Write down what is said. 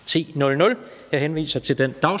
Jeg henviser til den